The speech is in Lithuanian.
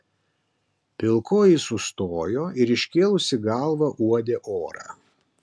pilkoji sustojo ir iškėlusi galvą uodė orą